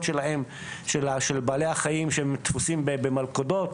שלהם של בעלי החיים שהם תפוסים במלכודות,